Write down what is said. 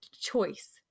choice